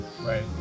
right